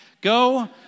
Go